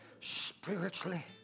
spiritually